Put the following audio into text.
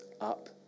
up